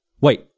Wait